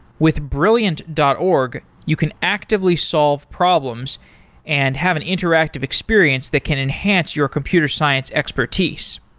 with brilliant dot org, you can actively solve problems and have an interactive experience that can enhance your computer science expertise.